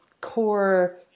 core